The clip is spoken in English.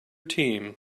team